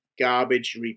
garbage